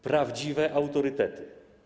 Prawdziwe autorytety.